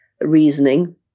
reasoning